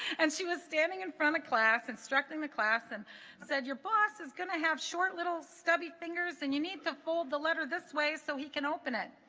and she was standing in front of class instructing the class and said your boss is gonna have short little stubby fingers and you need to fold the letter this way so he can open it